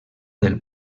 del